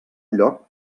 lloc